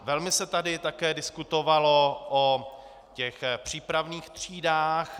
Velmi se tady také diskutovalo o těch přípravných třídách.